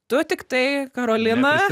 tu tiktai karolina